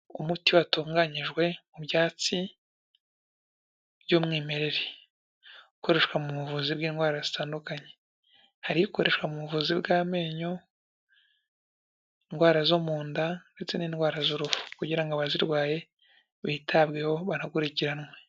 Umuti watunganyijwe mu byatsi by'umwimerere, ukoreshwa mu buvuzi bw'indwara zitandukanye, hari ikoreshwa mu buvuzi bw'amenyo, indwara zo mu nda ndetse n'indwara z'uruhu, kugira ngo abazirwaye bitabweho, banakurikiranwe.